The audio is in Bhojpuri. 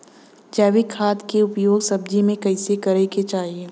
जैविक खाद क उपयोग सब्जी में कैसे करे के चाही?